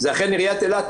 זו אכן עירית אילת.